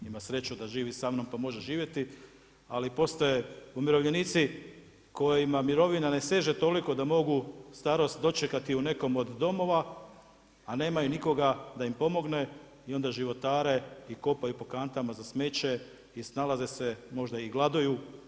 Ima sreću da živi samnom pa može živjeti, ali postoje umirovljenici, kojima mirovina ne seže toliko, da mogu starost dočekati od nekog od domova, a nemaju nikoga da im pomogne i onda životare i kopaju po kantama za smeće i snalaze se, možda i gladuju.